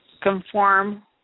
Conform